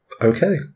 okay